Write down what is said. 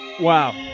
wow